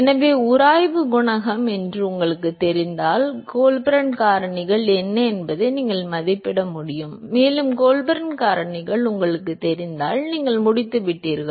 எனவே உராய்வு குணகம் உங்களுக்குத் தெரிந்தால் கோல்பர்ன் காரணிகள் என்ன என்பதை நீங்கள் மதிப்பிட முடியும் மேலும் கோல்பர்ன் காரணிகள் உங்களுக்குத் தெரிந்தால் நீங்கள் முடித்துவிட்டீர்கள்